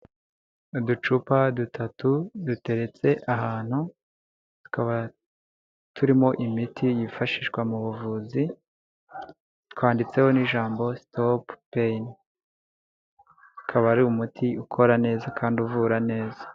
Uducupa dutatu duteretse ahantu tukaba turimo imiti yifashishwa mu buvuzi twanditseho n'ijambo sitopu payini, akaba ari umuti ukora neza kandi uvura neza